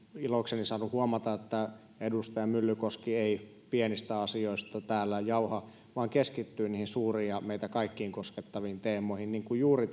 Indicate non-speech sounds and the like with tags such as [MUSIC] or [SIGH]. ilokseni saanut huomata että edustaja myllykoski ei pienistä asioista täällä jauha vaan keskittyy niihin suuriin ja meitä kaikkia koskettaviin teemoihin niin kuin juuri [UNINTELLIGIBLE]